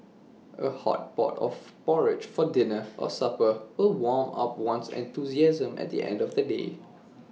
A hot pot of porridge for dinner or supper will warm up one's enthusiasm at the end of A day